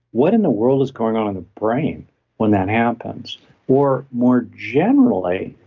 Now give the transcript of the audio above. what in the world is going on in the brain when that happens or more generally,